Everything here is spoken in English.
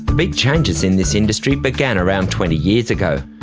big changes in this industry began around twenty years ago.